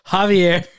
Javier